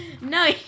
No